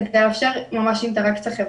כדי לאפשר אינטראקציה חברתית.